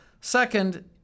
Second